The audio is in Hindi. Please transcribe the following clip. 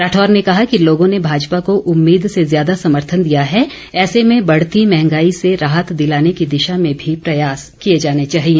राठौर ने कहा कि लोगों ने भाजपा को उम्मीद से ज्यादा समर्थन दिया है ऐसे में बढ़ती महंगाई से राहत दिलाने की दिशा में भी प्रयास किए जाने चाहिए